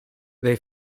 they